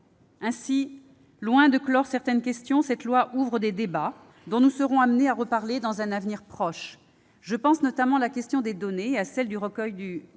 Ainsi, loin de clore certaines questions, cette loi ouvre des débats dont nous serons amenés à reparler dans un avenir proche. Je pense notamment à la question des données et à celle du recueil du